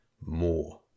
more